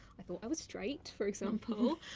i thought i was straight, for example,